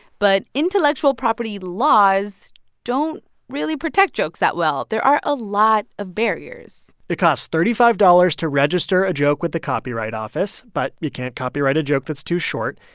but intellectual property laws don't really protect jokes that well. there are a lot of barriers it costs thirty five dollars to register a joke with the copyright office, but you can't copyright a joke that's too short,